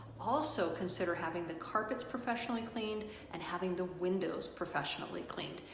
also consider having the carpets professionally cleaned and having the windows professionally cleaned.